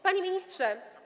Panie Ministrze!